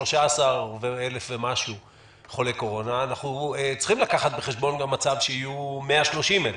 מ-13,000 חולי קורונה ויהיה גם מצב שיהיו 130,000